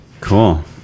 Cool